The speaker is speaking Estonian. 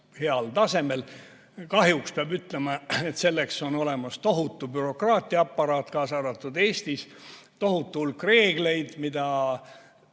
heal tasemel. Kahjuks peab ütlema, et selleks on olemas tohutu bürokraatiaaparaat, kaasa arvatud Eestis. On tohutu hulk reegleid, mida